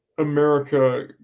America